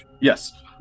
yes